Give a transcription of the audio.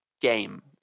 game